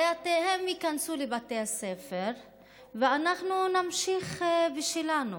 הרי הם ייכנסו לבתי הספר ואנחנו נמשיך בשלנו.